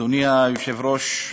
אדוני היושב-ראש,